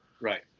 Right